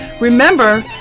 Remember